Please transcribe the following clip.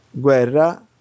guerra